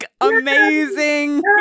amazing